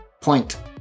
Point